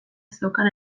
zeukan